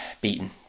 beaten